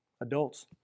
adults